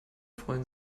freuen